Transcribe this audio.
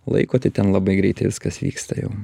laiko tai ten labai greitai viskas vyksta jau